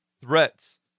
threats